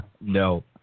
No